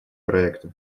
проекта